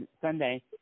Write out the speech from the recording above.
Sunday